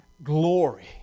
Glory